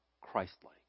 Christ-like